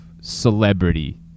celebrity